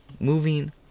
Moving